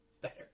better